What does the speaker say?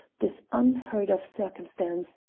this unheard-of circumstance?